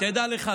תדע לך,